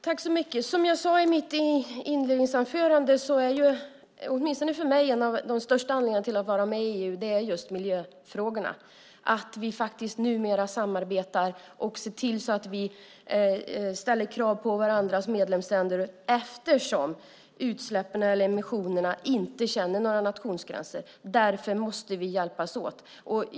Fru talman! Som jag sade i mitt anförande är en av de viktigaste anledningarna att vara med i EU just miljöfrågorna. Numera samarbetar vi och ser till så att vi ställer krav på varandra som medlemsländer eftersom utsläppen, emissionerna, inte känner några nationsgränser. Därför måste vi hjälpas åt.